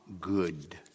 good